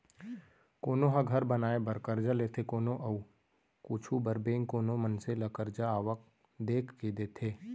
कोनो ह घर बनाए बर करजा लेथे कोनो अउ कुछु बर बेंक कोनो मनसे ल करजा आवक देख के देथे